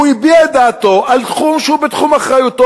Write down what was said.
הוא הביע את דעתו על תחום שהוא בתחום אחריותו,